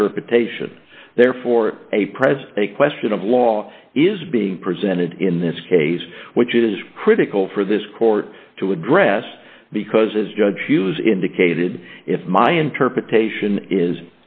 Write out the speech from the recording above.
interpretation therefore aprs a question of law is being presented in this case which is critical for this court to address because as judge hughes indicated if my interpretation is